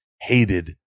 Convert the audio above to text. hated